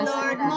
Lord